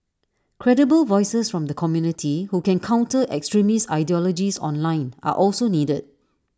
credible voices from the community who can counter extremist ideologies online are also needed